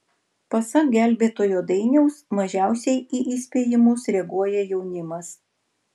pasak gelbėtojo dainiaus mažiausiai į įspėjimus reaguoja jaunimas